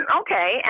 okay